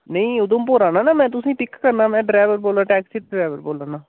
नेईं उधमपुर आना ना में तुसे ईं पिक करना में डरैवर बोल्लै ना टैक्सी डरैवर बोल्लै ना